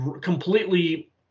completely